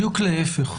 בדיוק להיפך.